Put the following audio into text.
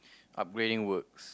upgrading works